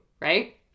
Right